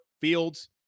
Fields